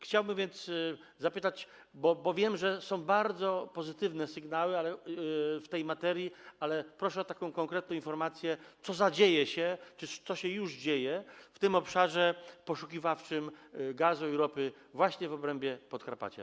Chciałbym więc zapytać - wiem, że są bardzo pozytywne sygnały w tej materii, ale proszę o taką konkretną informację - co zadzieje się czy co się już dzieje w tym obszarze poszukiwawczym gazu i ropy właśnie w obrębie Podkarpacia.